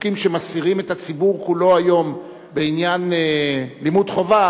חוקים שמסעירים את הציבור כולו היום בעניין לימוד חובה